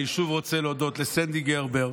אני שוב רוצה להודות לסנדי ברגר,